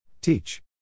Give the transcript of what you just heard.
Teach